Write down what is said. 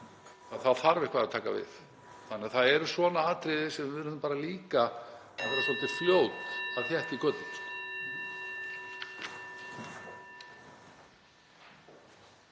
þarf eitthvað að taka við. Þannig að það eru svona atriði þar sem við verðum líka að vera svolítið fljót að þétta í götin.